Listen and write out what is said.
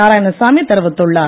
நாராயணசாமி தெரிவித்துள்ளார்